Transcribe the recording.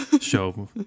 show